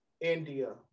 India